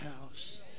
house